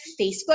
Facebook